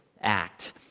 act